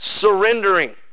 surrendering